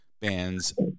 bands